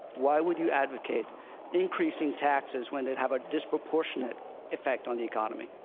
why would you advocate increasing taxes when it'd have a disproportionate effect on the economy?